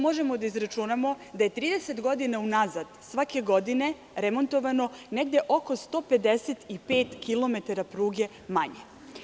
Možemo da izračunamo da je 30 godina u nazad svake godine remontovano negde oko 155 kilometara pruge manje.